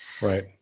Right